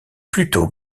pluto